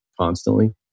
constantly